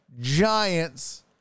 Giants